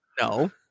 No